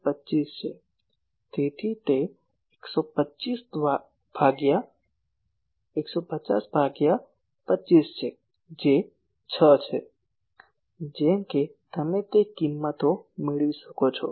તેથી તે 150 દ્વારા 25 છે જે 6 છે જેમ કે તમે તે કિંમતો મેળવી શકો છો